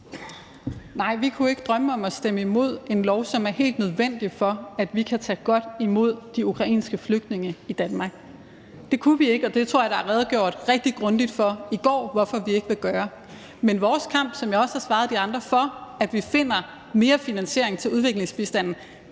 Nej, vi kunne ikke drømme om at stemme imod et lovforslag, som er helt nødvendigt, for at vi kan tage godt imod de ukrainske flygtninge i Danmark. Det kunne vi ikke, og det tror jeg der er redegjort rigtig grundigt for i går hvorfor vi ikke vil gøre. Men vores kamp, som jeg også har svaret de andre, for, at vi finder mere finansiering til udviklingsbistanden,